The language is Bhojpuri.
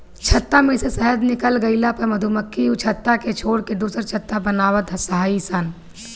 छत्ता में से शहद निकल गइला पअ मधुमक्खी उ छत्ता के छोड़ के दुसर छत्ता बनवत हई सन